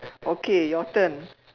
okay your turn